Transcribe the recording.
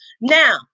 Now